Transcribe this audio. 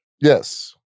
Yes